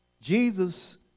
Jesus